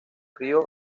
ríos